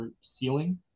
ceiling